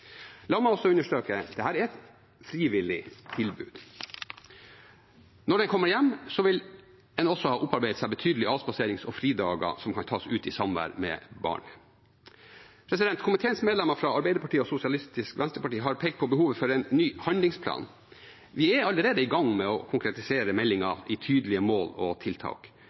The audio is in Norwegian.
La meg understreke at dette er et frivillig tilbud. Når en er kommet hjem, vil en også ha opparbeidet seg betydelig med avspaserings- og fridager som kan tas ut i samvær med barn. Komiteens medlemmer fra Arbeiderpartiet og Sosialistisk Venstreparti har pekt på behovet for en ny handlingsplan. Vi er allerede i gang med å konkretisere meldingen i tydelige mål og tiltak.